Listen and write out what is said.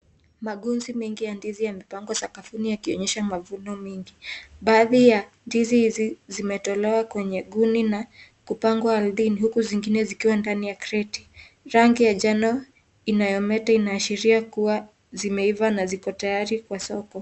Magunzi mengi ya ndizi yamepangwa sakafuni yakinyesha mavuno mengi, baaadhi ya ndizi hizi zimetolewa kwenye guni na kupangwa ardhini huku zingine zikiwa kwa kreti , rangi ya njano inayometa inaashiria kuwa zimeiva na yako tayari kwa soko.